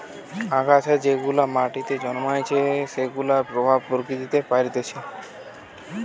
আগাছা যেগুলা মাটিতে জন্মাইছে সেগুলার প্রভাব প্রকৃতিতে পরতিছে